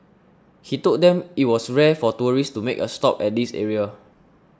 he told them it was rare for tourists to make a stop at this area